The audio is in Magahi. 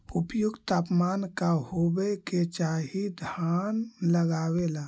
उपयुक्त तापमान का होबे के चाही धान लगावे ला?